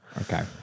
Okay